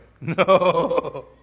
no